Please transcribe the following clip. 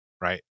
right